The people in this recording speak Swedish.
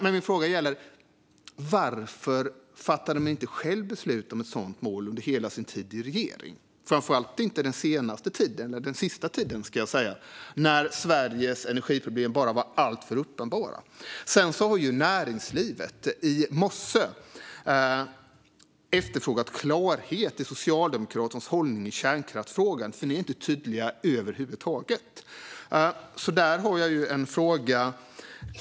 Men min fråga är varför ni inte själva fattade beslut om ett sådant mål under hela er tid i regering - framför allt under den sista tiden, när Sveriges energiproblem var bara alltför uppenbara. Näringslivet efterfrågade i morse klarhet i Socialdemokraternas hållning i kärnkraftsfrågan. Ni är inte tydliga över huvud taget, så där har jag en fråga.